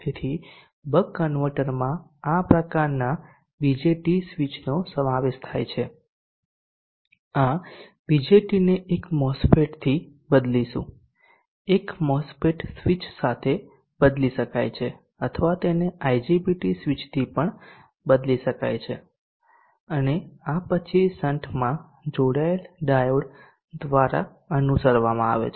તેથી બક કન્વર્ટરમાં આ પ્રકારના બીજેટી સ્વિચનો સમાવેશ થાય છે આ બીજેટીને એક મોસ્ફેટ થી બદલીશું એક મોસ્ફેટ સ્વીચ સાથે બદલી શકાય છે અથવા તેને IGBT સ્વીચથી પણ બદલી શકાય છે અને આ પછી શન્ટમાં જોડાયેલ ડાયોડ દ્વારા અનુસરવામાં આવે છે